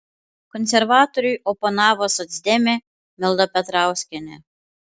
konservatoriui oponavo socdemė milda petrauskienė